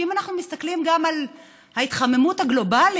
ואם אנחנו מסתכלים גם על ההתחממות הגלובלית,